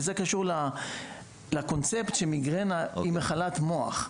וזה קשור לרעיון שמיגרנה היא מחלת מוח.